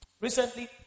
Recently